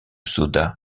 soda